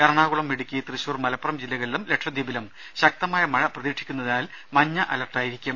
എറണാകുളം ഇടുക്കി തൃശൂർ മലപ്പുറം ജില്ലകളിലും ലക്ഷദ്വീപിലും ശക്തമായ മഴ പ്രതീക്ഷിക്കുന്നതിനാൽ മഞ്ഞ അലർട്ടായിരിക്കും